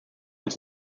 uns